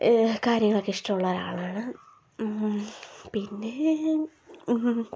കാര്യങ്ങളൊക്കെ ഇഷ്ടമുള്ള ഒരാളാണ് പിന്നെ